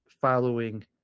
following